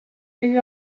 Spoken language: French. eut